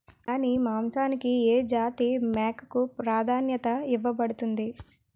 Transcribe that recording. దాని మాంసానికి ఏ జాతి మేకకు ప్రాధాన్యత ఇవ్వబడుతుంది?